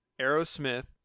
Aerosmith